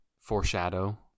foreshadow